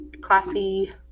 classy